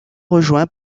rejoint